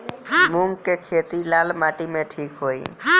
मूंग के खेती लाल माटी मे ठिक होई?